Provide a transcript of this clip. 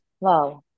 wow